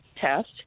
test